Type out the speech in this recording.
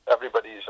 Everybody's